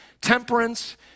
temperance